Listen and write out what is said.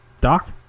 Doc